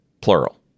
plural